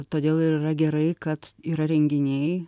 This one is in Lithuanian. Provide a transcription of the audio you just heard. todėl yra gerai kad yra renginiai